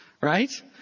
right